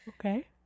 Okay